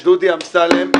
לדודי אמסלם,